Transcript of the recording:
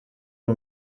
uwo